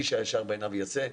איש הישר בעיניו יעשה,